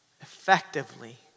effectively